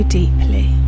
deeply